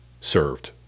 served